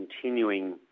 continuing